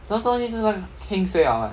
这种东西是看 heng suay 了 eh